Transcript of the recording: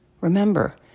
Remember